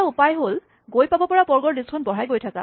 এটা উপায় হ'ল গৈ পাব পৰা বৰ্গৰ লিষ্টখন বঢ়াই গৈ থকা